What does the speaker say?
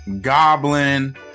Goblin